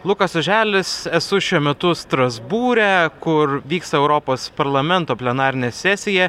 lukas oželis esu šiuo metu strasbūre kur vyks europos parlamento plenarinė sesija